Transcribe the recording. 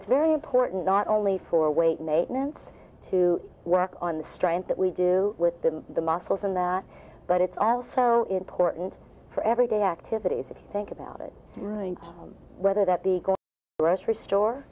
it's very important not only for weight maintenance to work on the strength that we do with the the muscles and but it's also important for everyday activities if you think about it whether that the go grocery store